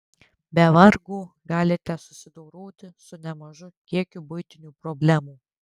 be vargo galite susidoroti su nemažu kiekiu buitinių problemų